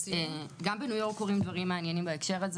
גם בניו יורק קורים דברים מעניינים בהקשר הזה.